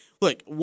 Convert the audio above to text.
look